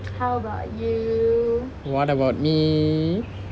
what about me